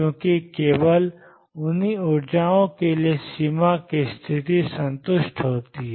क्योंकि केवल उन्हीं ऊर्जाओं के लिए सीमा की स्थिति संतुष्ट होती है